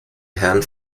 herrn